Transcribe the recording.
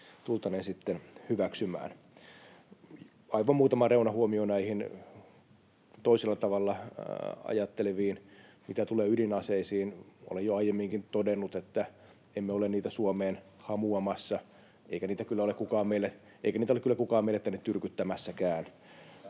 tultaneen sitten hyväksymään. Aivan muutama reunahuomio näille toisella tavalla ajatteleville: Mitä tulee ydinaseisiin, olen jo aiemminkin todennut, että emme ole niitä Suomeen hamuamassa, eikä niitä kyllä ole kukaan meille tänne tyrkyttämässäkään.